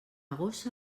gossa